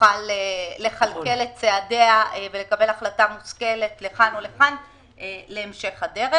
ותוכל לכלכל את צעדיה ולקבל החלטה מושכלת לכאן או לכאן להמשך הדרך.